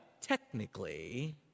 technically